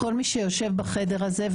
כל מי שיושב בחדר הזה,